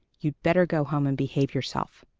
you'd better go home and behave yourself.